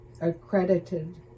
accredited